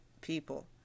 people